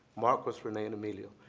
marcos, renee, and emilio.